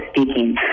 speaking